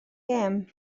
gêm